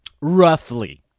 Roughly